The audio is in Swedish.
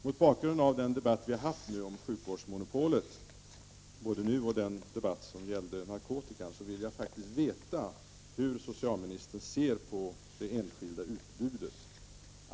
Mot bakgrund av den debatt vi nu har haft om sjukvårdsmonopolet — och även den tidigare debatten om narkotikan — vill jag faktiskt veta hur socialministern ser på det enskilda utbudet.